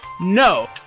No